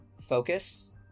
focus